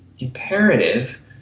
Imperative